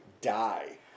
die